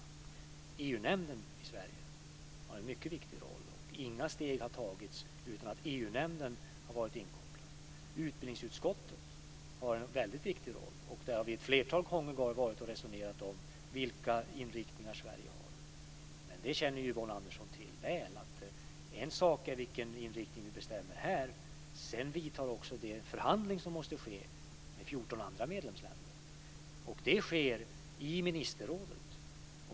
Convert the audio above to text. EU-nämnden i Sverige har en mycket viktig roll. Inga steg har tagits utan att EU-nämnden har varit inkopplad. Utbildningsutskottet har en mycket viktig roll. Där har jag ett flertal gånger varit och resonerat om vilka inriktningar Sverige har. Men Yvonne Andersson känner väl till att det är en sak vilken inriktning vi bestämmer här, sedan vidtar också den förhandling som måste ske med 14 andra medlemsländer. Det sker i ministerrådet.